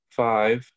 five